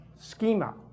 schema